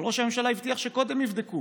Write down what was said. אבל ראש הממשלה הבטיח שקודם יעבירו